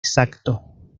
exacto